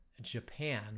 japan